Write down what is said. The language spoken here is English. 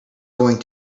going